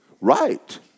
Right